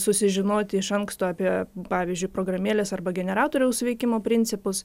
susižinoti iš anksto apie pavyzdžiui programėlės arba generatoriaus veikimo principus